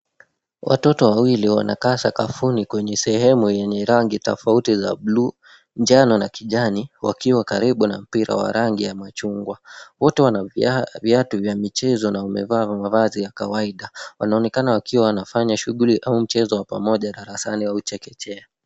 Watoto wawili wanakaa sakafuni kwenye sehemu yenye rangi tofauti za blue , njano, na kijani, wakiwa karibu na mpira wa rangi ya machungwa. Wote wana viatu vya michezo na wamevaa mavazi ya kawaida. Wanaonekana wakiwa wanafanya shughuli au mchezo wa pamoja, darasani au chekechea.